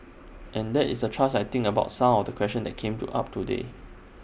and that is the thrust I think about some of the questions that came to up today